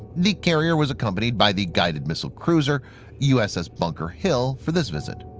the carrier was accompanied by the guided-missile cruiser uss bunker hill for this visit.